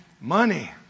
money